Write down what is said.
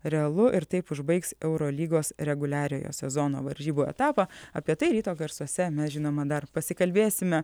realu ir taip užbaigs eurolygos reguliariojo sezono varžybų etapą apie tai ryto garsuose mes žinoma dar pasikalbėsime